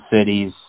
Cities